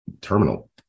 terminal